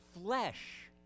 flesh